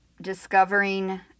discovering